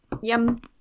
Yum